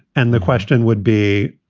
and the question would be,